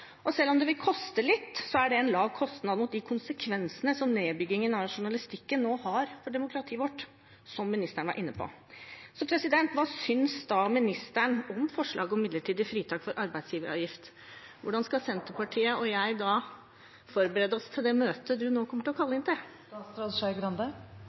lav sett opp mot de konsekvensene nedbyggingen av journalistikken nå har for demokratiet vårt, som ministeren var inne på. Hva synes ministeren om forslaget om midlertidig fritak for arbeidsgiveravgift? Hvordan skal Senterpartiet og jeg forberede oss til møtet som statsråden kommer til å kalle